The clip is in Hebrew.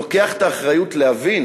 לוקח את האחריות להבין